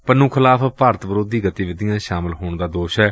ਪੰਨੂ ਖਿਲਾਫ਼ ਭਾਰਤ ਵਿਰੋਧੀ ਗਤੀਵਿਧੀਆਂ ਚ ਸ਼ਾਮਲ ਹੋਣ ਦਾ ਦੋਸ਼ ਏ